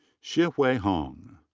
shih-wei huang.